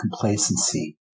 complacency